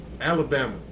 Alabama